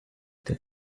the